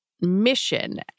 mission